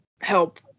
help